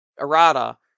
Errata